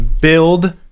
build